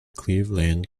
cleveland